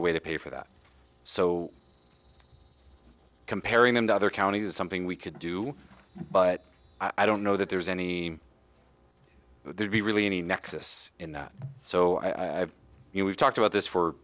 a way to pay for that so comparing them to other counties is something we could do but i don't know that there's any there'd be really any nexus in that so i've you know we've talked about this for